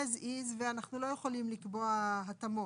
זה כמו שזה, ואנחנו לא יכולים לקבוע התאמות.